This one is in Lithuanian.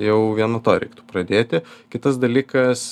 jau vien nuo to reiktų pradėti kitas dalykas